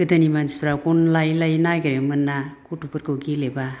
गोदोनि मानसिफ्रा गन लायै लायै नागिरोमोन ना गथ'फोरखौ गेलेबा